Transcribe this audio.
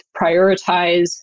prioritize